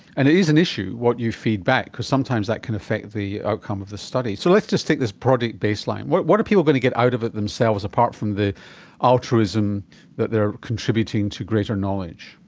and it is an issue what you feed back because sometimes that can affect the outcome of the study. so let's just take this project baseline. what what are people going to get out of it themselves, apart from the altruism that they are contributing to greater knowledge?